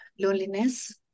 loneliness